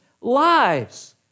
lives